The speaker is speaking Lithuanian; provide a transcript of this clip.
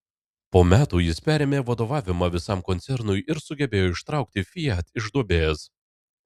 po metų jis perėmė vadovavimą visam koncernui ir sugebėjo ištraukti fiat iš duobės